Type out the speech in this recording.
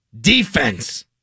Defense